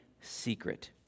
secret